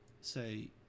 say